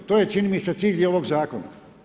To je čini mi se i cilj ovog zakona.